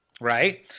Right